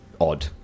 odd